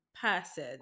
Person